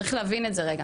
צריך להבין את זה רגע.